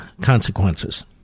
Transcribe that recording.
consequences